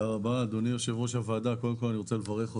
אני שמח להיות כאן,